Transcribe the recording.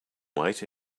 white